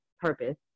purpose